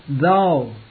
thou